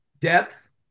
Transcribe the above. depth